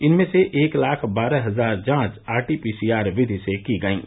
इनमें से एक लाख बारह हजार जांच आरटीपीसीआर विधि से की गयीं